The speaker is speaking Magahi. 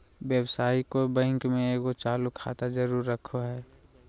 व्यवसायी कोय बैंक में एगो चालू खाता जरूर रखो हइ